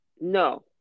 no